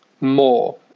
more